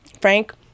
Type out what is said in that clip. Frank